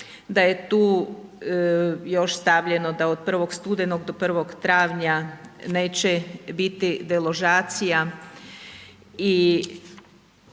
da je tu još stavljeno da od 1. studenog do 1. travnja neće biti deložacija.